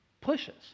pushes